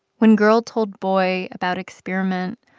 when girl told boy about experiment,